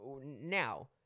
Now